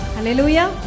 Hallelujah